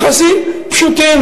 אלה יחסים פשוטים,